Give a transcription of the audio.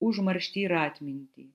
užmarštį ir atmintį